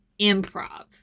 improv